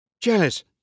Jealous